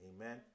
Amen